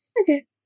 Okay